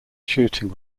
shooting